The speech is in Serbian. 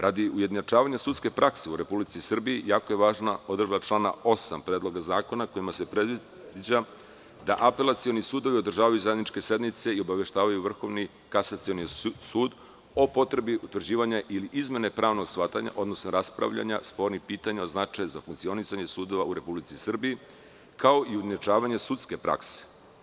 Radi ujednačavanja sudske prakse u Republici Srbiji jako je važna odredba člana 8. Predloga zakona kojom se predviđa da apelacioni sudovi održavaju zajedničke sednice i obaveštavaju Vrhovni kasacioni sud o potrebi utvrđivanja ili izmene pravnog shvatanja, odnosno raspravljanja spornih pitanja od značaja za funkcionisanje sudova u Republici Srbiji, kao i ujednačavanje sudske prakse.